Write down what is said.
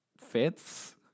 fits